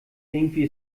irgendwie